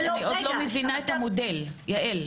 אני עוד לא מבינה את המודל, יעל.